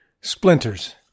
Splinters